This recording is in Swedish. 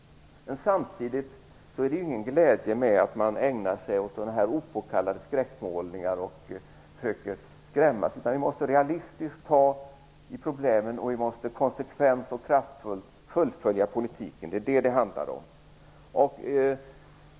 Samtidigt är det ingen glädje med att man ägnar sig åt opåkallade skräckmålningar och försöker skrämma. Vi måste ta problemen realistiskt, och vi måste konsekvent och kraftfullt fullfölja politiken. Det är vad det handlar om.